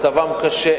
שמצבם קשה,